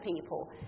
people